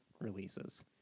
releases